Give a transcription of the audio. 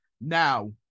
Now